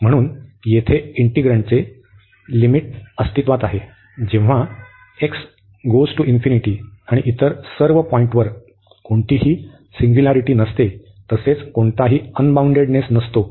म्हणून येथे इंटिग्रन्टचे लिमिट अस्तित्वात आहे जेव्हा आणि इतर सर्व पॉईंटवर कोणतीही सिंग्युलरिटी नसते तसेच कोणताही अनबाऊंडेडनेस नसतो